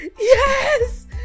Yes